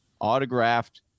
autographed